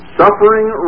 suffering